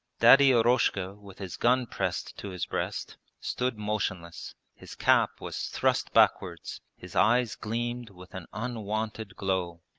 daddy eroshka with his gun pressed to his breast stood motionless his cap was thrust backwards, his eyes gleamed with an unwonted glow,